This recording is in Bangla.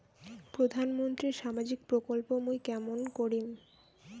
প্রধান মন্ত্রীর সামাজিক প্রকল্প মুই কেমন করিম?